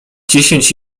dziesięć